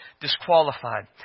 disqualified